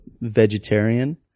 vegetarian